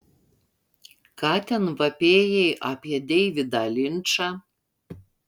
ką ten vapėjai apie deividą linčą